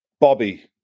Bobby